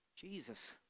Jesus